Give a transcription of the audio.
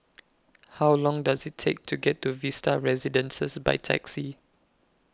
How Long Does IT Take to get to Vista Residences By Taxi